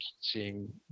seeing